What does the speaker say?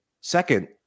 second